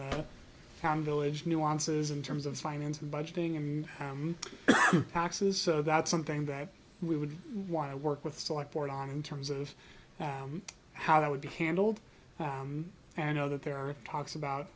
town village nuances in terms of finance and budgeting in pax's so that's something that we would want to work with select board on in terms of how that would be handled i know that there are talks about